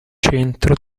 centro